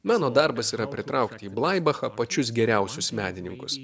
mano darbas yra pritraukti į blaibachą pačius geriausius menininkus